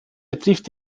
betrifft